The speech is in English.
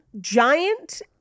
giant